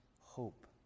hope